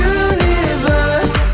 universe